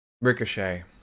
Ricochet